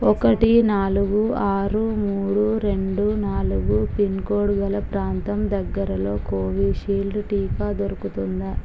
ఒకటి నాలుగు ఆరు మూడు రెండు నాలుగు పిన్ కోడు గల ప్రాంతం దగ్గరలో కోవిషీల్డ్ టీకా దొరుకుతుందా